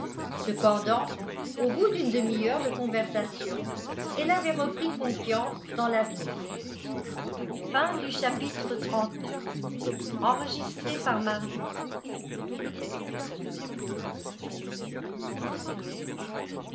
cependant au bout d'une demi-heure de conversation elle avait repris confiance dans l'avenir